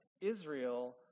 Israel